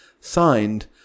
signed